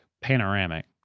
Panoramic